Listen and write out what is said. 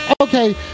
okay